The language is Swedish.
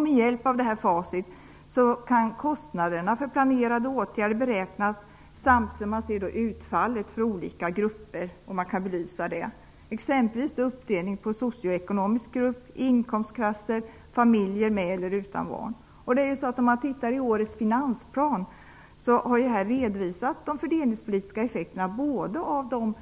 Med hjälp av FASIT kan kostnaderna för planerade åtgärder beräknas samtidigt som utfallet för olika grupper i samhället kan belysas, t.ex. med uppdelning på socioekonomisk grupp, inkomstklasser, familjer med eller utan barn. I årets finansplan redovisas de fördelningspolitiska effekterna av den